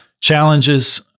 challenges